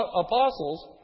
apostles